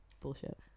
bullshit